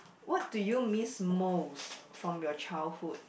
what do you miss most from your childhood